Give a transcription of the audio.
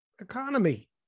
economy